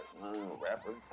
rapper